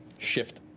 shift,